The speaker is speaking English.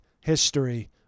history